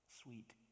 sweet